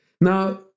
Now